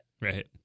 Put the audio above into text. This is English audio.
Right